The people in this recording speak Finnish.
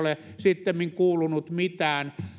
ole sittemmin kuulunut mitään